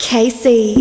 Casey